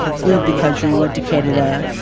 fled the country, went to canada,